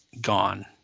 gone